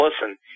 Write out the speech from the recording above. listen